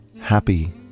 happy